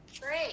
great